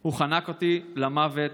הוא חנק אותי למוות,